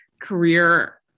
career